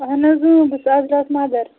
اہن حظ اۭں بہٕ چھُس عزراہس مدَر